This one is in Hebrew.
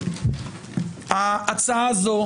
ההצעה הזאת,